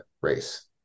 race